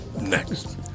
next